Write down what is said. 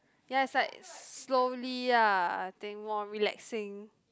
ya is like slowly ah I think more relaxing